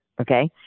okay